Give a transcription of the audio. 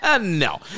no